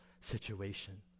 situation